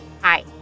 Hi